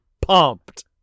pumped